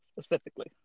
specifically